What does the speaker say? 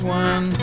one